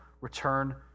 return